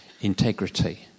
integrity